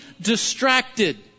distracted